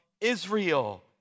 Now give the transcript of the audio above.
Israel